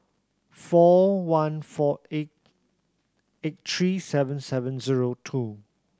four one four eight eight three seven seven zero two